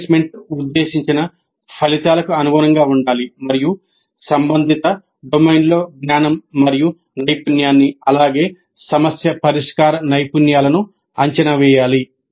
assessment ఉద్దేశించిన ఫలితాలకు అనుగుణంగా ఉండాలి మరియు సంబంధిత డొమైన్లో జ్ఞానం మరియు నైపుణ్యాన్ని అలాగే సమస్య పరిష్కార నైపుణ్యాలను అంచనా వేయాలి